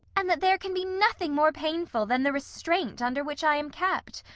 and that there can be nothing more painful than the restraint under which i am kept?